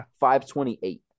528